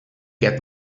get